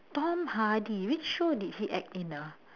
tom hardy which show did he act in ah